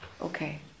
okay